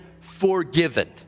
forgiven